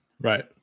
Right